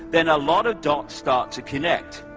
then a lot of dots start to connect.